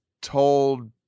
told